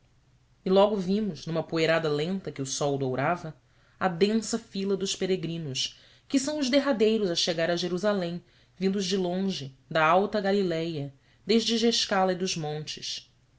e logo vimos numa poeirada lenta que o sol dourava a densa fila dos peregrinos que são os derradeiros a chegar a jerusalém vindos de longe da alta galiléia desde gescala e dos montes